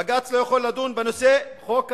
בג"ץ לא יוכל לדון בנושא חוק האזרחות,